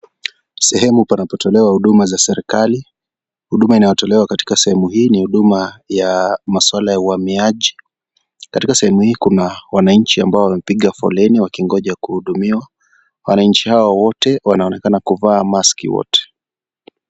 Sehemu panapotolewa huduma za serikali, huduma inayotolewa katika sehemu hii ni huduma ya masuala ya uhamiaji, katika sehemu hii kuna wananchi ambao wamepiga foleni wakingoja kuhudumiwa, wananchi hawa wote wanaonekana kuvaa maski wote.